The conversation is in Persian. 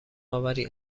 آوری